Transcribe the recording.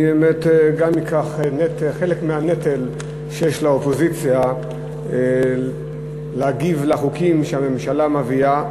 אני גם אקח חלק מהנטל שיש לאופוזיציה להגיב על חוקים שהממשלה מביאה.